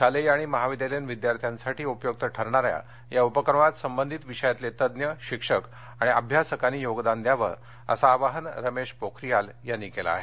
शालेय आणि महाविद्यालयीन विद्यार्थ्यांसाठी उपयुक्त ठरणाऱ्या या उपक्रमात संबंधित विषयातले तज्ञ शिक्षक आणि अभ्यासकांनी योगदान द्यावं असं आवाहन रमेश पोखरीयाल यांनी केलं आहे